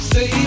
Say